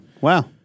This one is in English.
Wow